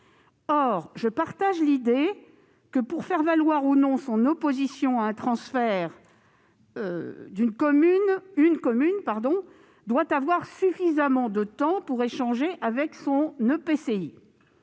Or je partage l'idée que, pour faire valoir, ou non, son opposition à un transfert, une commune doit disposer de suffisamment de temps pour échanger avec son EPCI.